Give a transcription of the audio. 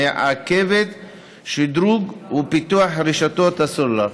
המעכבת את השדרוג והפיתוח של רשתות הסלולר.